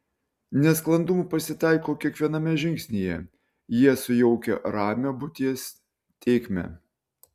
nesklandumų pasitaiko kiekviename žingsnyje jie sujaukia ramią būties tėkmę